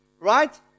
right